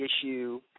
issue